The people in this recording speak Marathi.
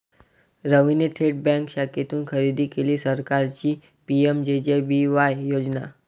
रवीने थेट बँक शाखेतून खरेदी केली सरकारची पी.एम.जे.जे.बी.वाय योजना